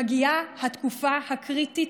מגיעה התקופה הקריטית,